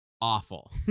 awful